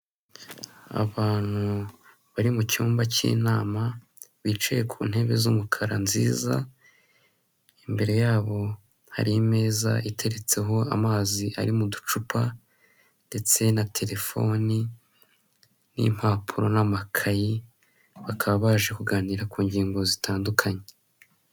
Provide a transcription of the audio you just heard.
Abantu bari mu cyumba cy'inama bicaye ku ntebe z'umukara nziza imbere yabo hari ameza iteretseho amazi ari mu ducupa ndetse na telefoni n'impapuro n'amakayi bakaba baje kuganira ku ngingo zitandukanye.